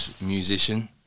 musician